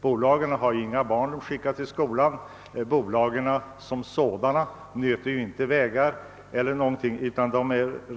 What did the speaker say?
Bolagen har ju inga barn att skicka till skolan, och bolagen som sådana nöter inte heller på vägarna.